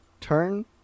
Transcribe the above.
turn